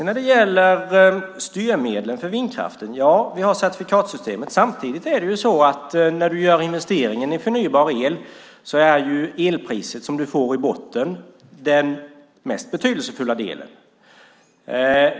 När man gör investeringar i förnybar el är det elpris man får i botten den mest betydelsefulla delen.